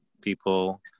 people